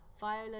Viola